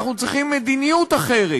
אנחנו צריכים מדיניות אחרת,